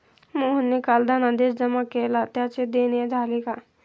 मोहनने काल धनादेश जमा केला त्याचे देणे झाले का?